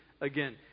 again